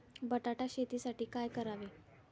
बटाटा शेतीसाठी काय करावे?